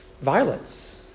violence